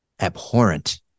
abhorrent